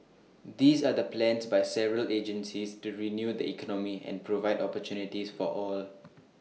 these are the plans by several agencies to renew the economy and provide opportunities for all